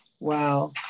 wow